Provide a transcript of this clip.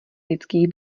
lidských